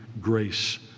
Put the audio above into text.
grace